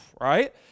right